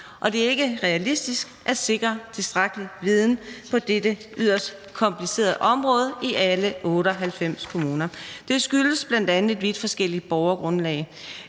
og det er ikke realistisk at sikre tilstrækkelig viden på dette yderst komplicerede område i 98 kommuner. Dette skyldes bl.a. et vidt forskelligt borgergrundlag.